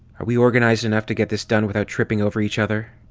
are we organized enough to get this done without tripping over each other?